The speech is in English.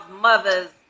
mother's